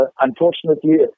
unfortunately